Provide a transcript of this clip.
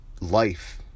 life